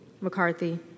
McCarthy